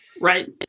Right